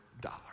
dollar